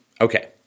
Okay